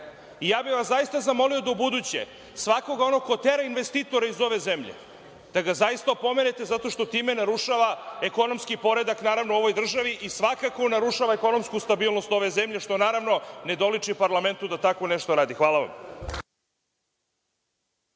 bih vas zaista zamolio da ubuduće svakog onog ko tera investitora iz ove zemlje, da ga zaista opomenete, zato što time narušava ekonomski poredak u ovoj državi i svakako narušava ekonomsku stabilnost ove zemlje, što, naravno, ne doliči parlamentu da tako nešto radi. Hvala vam.